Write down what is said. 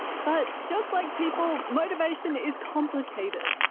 but just like people, motivation is complicated!